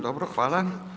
Dobro, hvala.